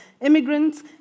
immigrants